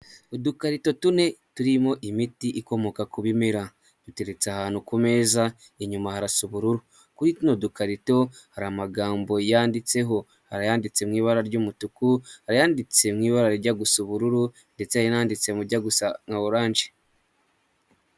Udukarito tune turimo imiti ikomoka ku bimera, duteretse ahantu ku meza, inyuma harasa ubururu, kuri tuno dukarito hari amagambo yanditseho, hari ayanditse mu ibara ry'umutuku, ayanditse mu ibara rijya gusa ubururu ndetse hari n'ayanditse mu rijya gusa nka oranje.